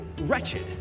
wretched